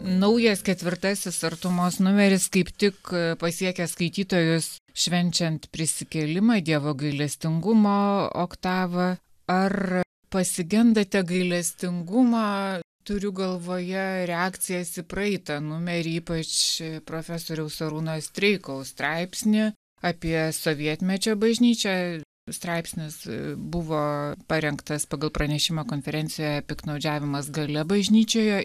naujas ketvirtasis artumos numeris kaip tik pasiekia skaitytojus švenčiant prisikėlimą dievo gailestingumo oktavą ar pasigendate gailestingumą turiu galvoje reakcijas į praeitą numerį ypač profesoriaus arūno streikaus straipsnį apie sovietmečio bažnyčią straipsnis buvo parengtas pagal pranešimą konferencijoje piktnaudžiavimas galia bažnyčioje